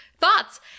thoughts